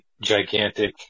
gigantic